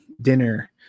dinner